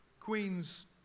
queen's